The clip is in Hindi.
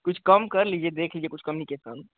कुछ कम कर लीजिये देख लीजिये कुछ कम नहीं किये सर